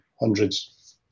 hundreds